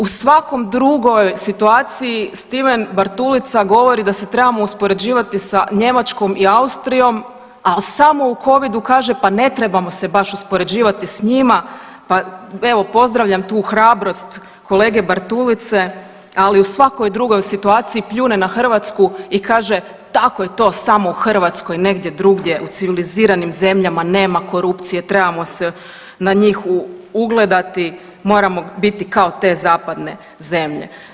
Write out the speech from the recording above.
U svakoj drugoj situaciji Stiven Bartulica govori da se trebamo uspoređivati sa Njemačkom i Austrijom, al samo u covidu kaže, pa ne trebamo se baš uspoređivati s njima, pa evo pozdravljam tu hrabrost kolege Bartulice, ali u svakoj dugoj situaciji pljune na Hrvatskoj i kaže tako je to samo u Hrvatskoj, negdje drugdje u civiliziranim zemljama nema korupcije, trebamo se na njih ugledati, moramo biti kao te zapadne zemlje.